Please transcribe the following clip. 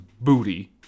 booty